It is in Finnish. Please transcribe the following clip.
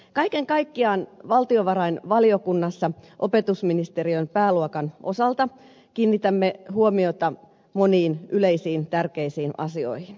kaiken kaikkiaan valtiovarainvaliokunnassa opetusministeriön pääluokan osalta kiinnitämme huomiota moniin yleisiin tärkeisiin asioihin